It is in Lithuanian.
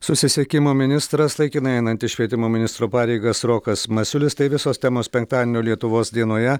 susisiekimo ministras laikinai einantis švietimo ministro pareigas rokas masiulis tai visos temos penktadienio lietuvos dienoje